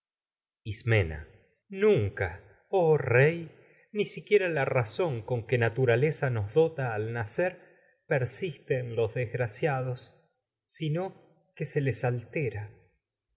ismena oh rey ni siquiera la razón los con que naturaleza dota se a al nacer persiste en des graciados sino creonte ce que les altera